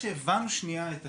לקח לנו רגע להבין את השיטה.